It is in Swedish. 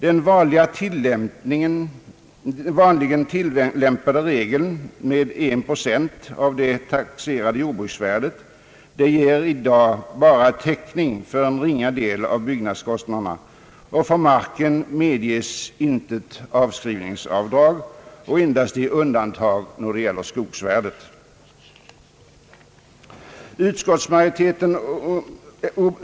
Den vanligen tillämpade regeln med en procent av det taxerade jordbruksvärdet ger i dag täckning för bara en ringa del av byggnadskostnaderna, för marken medges intet avskrivningsavdrag, för skogsvärdet endast i undantagsfall.